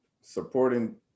Supporting